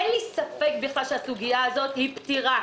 אין לי ספק בכלל שהסוגיה הזאת פתירה,